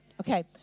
Okay